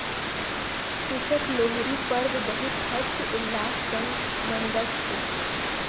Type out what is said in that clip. कृषक लोहरी पर्व बहुत हर्ष उल्लास संग मनबैत अछि